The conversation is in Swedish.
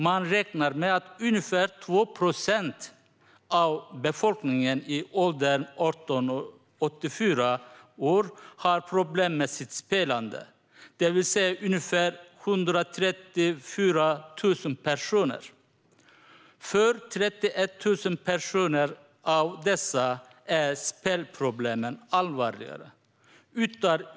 Man räknar med att ungefär 2 procent av befolkningen i åldern 18-84 år har problem med sitt spelande, det vill säga ungefär 134 000 personer. För 31 000 av dessa är spelproblemen allvarligare.